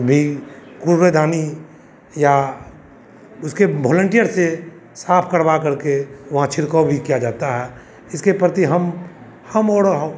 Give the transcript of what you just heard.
भी कूड़ेदानी या उसके भोलंटियर से साफ करवा कर उसका छिड़काव भी किया जाता है इसके प्रति हम हम और